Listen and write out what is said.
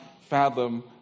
fathom